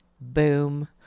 Boom